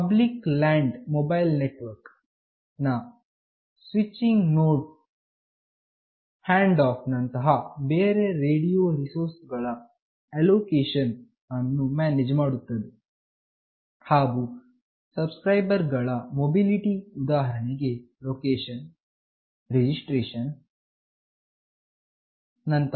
public land mobile network ನ switching node handoff ನಂತಹ radio resource ಗಳ ಅಲೋಕೇಶನ್ ಅನ್ನು ಮ್ಯಾನೇಜ್ ಮಾಡುತ್ತದೆ ಹಾಗು ಸಬ್ಸ್ಕ್ರೈಬರ್ ಗಳ ಮೊಬಿಲಿಟಿ ಉದಾಹರಣೆಗೆ ಲೊಕೇಶನ್ರಿಜಿಸ್ಟ್ರೇಷನ್ etc